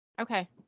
okay